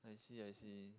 I see I see